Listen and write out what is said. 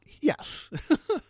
Yes